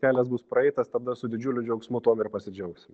kelias bus praeitas tada su didžiuliu džiaugsmu tuom ir pasidžiaugsim